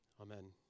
Amen